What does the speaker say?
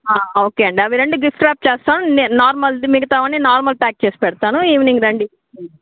okay అండి అవి రెండు గిఫ్ట్ వ్రాప్ చేస్తాను నార్మల్ది మిగతావన్నీ నార్మల్ ప్యాక్ చేసి పెడతాను ఈవెనింగ్ రండి